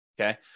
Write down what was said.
Okay